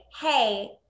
hey